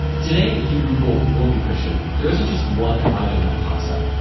today, if you google whoopee cushion, there isn't just one item that pops up.